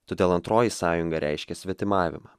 todėl antroji sąjunga reiškė svetimavimą